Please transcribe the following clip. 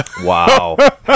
Wow